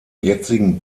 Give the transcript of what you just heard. jetzigen